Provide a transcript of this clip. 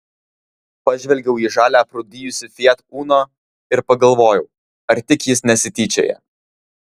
pažvelgiau į žalią aprūdijusį fiat uno ir pagalvojau ar tik jis nesityčioja